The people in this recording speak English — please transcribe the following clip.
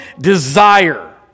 desire